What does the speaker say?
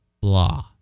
blah